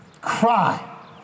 cry